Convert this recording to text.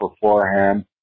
beforehand